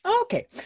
Okay